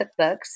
cookbooks